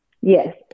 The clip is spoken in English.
Yes